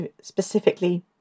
specifically